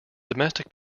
domestic